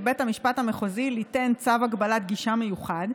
בית המשפט המחוזי ליתן צו הגבלת גישה מיוחד,